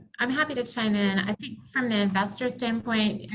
i'm happy to chime in. i think from the investor standpoint,